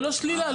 לא שלילה.